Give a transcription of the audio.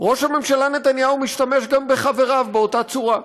ראש הממשלה נתניהו משתמש גם בחבריו באותו צורה.